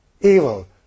evil